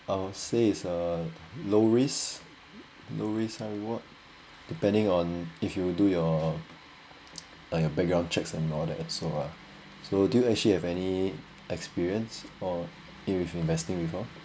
I would say is a low risk low risk high reward depending on if you do your ah your background checks and all that so uh so do you actually have any experience or deal with investing before